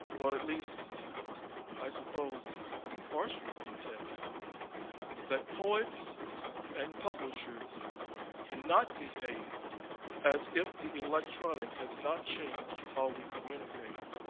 or at least i suppose he partially contended that poets and publishers cannot behave as if the electronic has not changed how we communicate,